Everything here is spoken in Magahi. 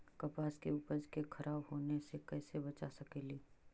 कपास के उपज के खराब होने से कैसे बचा सकेली?